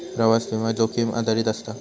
प्रवास विमो, जोखीम आधारित असता